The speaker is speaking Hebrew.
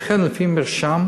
ולכן, על-פי מרשם,